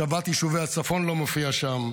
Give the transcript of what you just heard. השבת יישובי הצפון לא מופיעה שם.